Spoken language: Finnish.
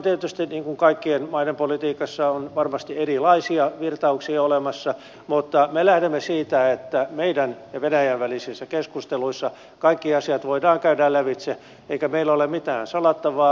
tietysti niin kuin kaikkien maiden politiikassa on varmasti erilaisia virtauksia olemassa mutta me lähdemme siitä että meidän ja venäjän välisissä keskusteluissa kaikki asiat voidaan käydä lävitse eikä meillä ole mitään salattavaa